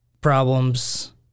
problems